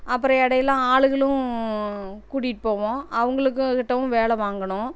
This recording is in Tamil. அப்புறம் இடையில ஆளுகளும் கூட்டிகிட்டு போவோம் அவர்களுக்கு கிட்டேவும் வேலை வாங்கணும்